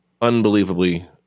unbelievably